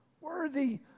Worthy